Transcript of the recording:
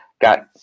got